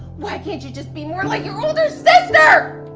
why can't you just be more like your older sister?